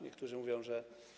Niektórzy mówią, że.